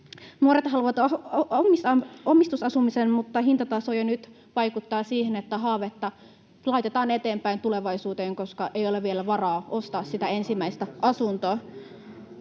Nuoret haluavat omistusasunnon, mutta hintataso jo nyt vaikuttaa siihen, että haavetta laitetaan eteenpäin tulevaisuuteen, koska ei ole vielä varaa ostaa sitä ensimmäistä asuntoa.